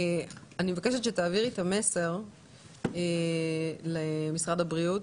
אני מבקשת שתעבירי את המסר למשרד הבריאות